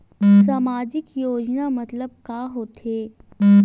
सामजिक योजना मतलब का होथे?